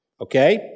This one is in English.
okay